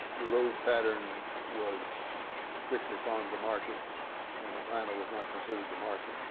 the road pattern was strictly farm to market and atlanta was not considered the market.